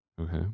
Okay